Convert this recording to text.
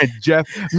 Jeff